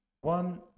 one